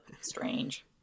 strange